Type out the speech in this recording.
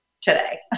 today